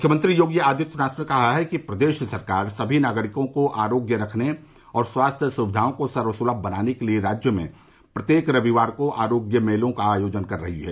मुख्यमंत्री योगी आदित्यनाथ ने कहा है कि प्रदेश सरकार सभी नागरिकों को आरोग्य रखने और स्वास्थ्य सुविधाओं को सर्व सुलभ बनाने के लिए राज्य में प्रत्येक रविवार को आरोग्य मेलों का आयोजन कर रही है